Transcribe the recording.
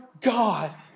God